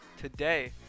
Today